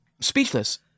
speechless